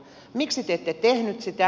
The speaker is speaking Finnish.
miksi te ette tehnyt sitä